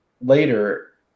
later